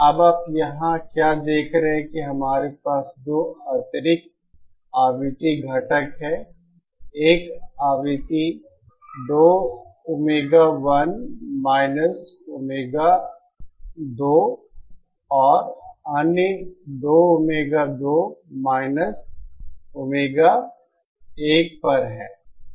अब आप यहाँ क्या देख रहे हैं कि हमारे पास 2 अतिरिक्त आवृत्ति घटक हैं एक आवृत्ति 2 ओमेगा1 - ओमेगा2 और अन्य 2 ओमेगा2 ओमेगा1 पर है